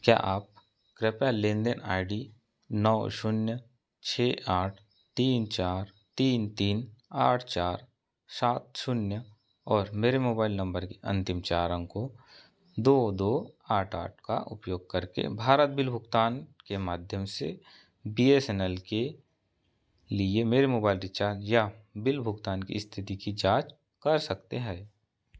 क्या आप कृपया लेनदेन आई डी नौ शून्य छः आठ तीन चार तीन तीन आठ चार सात शून्य और मेरे मोबाइल नंबर के अंतिम चार अंकों दो दो आठ आठ का उपयोग करके भारत बिल भुगतान के माध्यम से बी एस एन एल के लिए मेरे मोबाइल रिचार्ज या बिल भुगतान की स्थिति की जांच कर सकते हैं